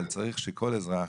אבל צריך שכל אזרח,